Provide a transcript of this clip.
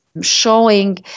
showing